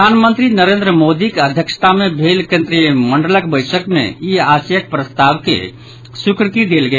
प्रधानमंत्री नरेन्द्र मोदीक अध्यक्षता मे भेल केन्द्रीय मंत्रिमंडलक बैसक मे इस आशयक प्रस्ताव के स्वीकृति देल गेल